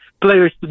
players